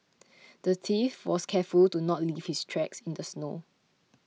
the thief was careful to not leave his tracks in the snow